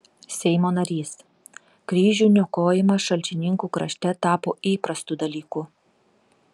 seimo narys kryžių niokojimas šalčininkų krašte tapo įprastu dalyku